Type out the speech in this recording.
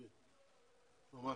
ממש.